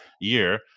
year